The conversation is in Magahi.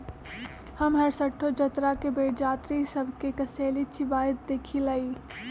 हम हरसठ्ठो जतरा के बेर जात्रि सभ के कसेली चिबाइत देखइलइ